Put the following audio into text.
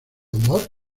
humor